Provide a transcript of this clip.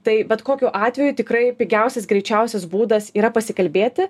tai bet kokiu atveju tikrai pigiausias greičiausias būdas yra pasikalbėti